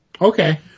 Okay